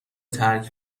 ترک